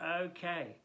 okay